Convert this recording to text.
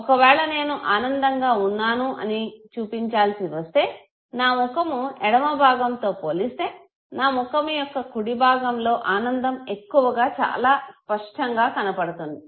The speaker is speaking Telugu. ఒకవేళ నేను ఆనందంగా ఉన్నాను అని చూపించాల్సి వస్తే నా ముఖము ఎడమ భాగంతో పొలిస్తే నా ముఖము యొక్క కుడి భాగం లో ఆనందం ఎక్కువగా చాలా స్పష్టంగా కనపడుతుంది